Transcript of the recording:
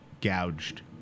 gouged